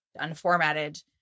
unformatted